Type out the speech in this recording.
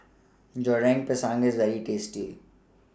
Goreng Pisang IS very tasty